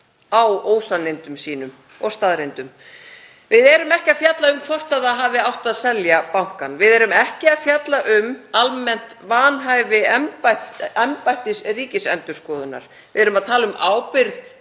á ósannindum sínum og staðreyndum. Við erum ekki að fjalla um hvort það hafi átt að selja bankann. Við erum ekki að fjalla um almennt vanhæfi embættis Ríkisendurskoðunar. Við erum að tala um ábyrgð